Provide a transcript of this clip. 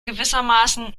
gewissermaßen